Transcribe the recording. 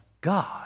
God